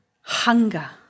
Hunger